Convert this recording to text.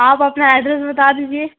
آپ اپنا ایڈریس بتا دیجیے